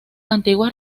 antiguas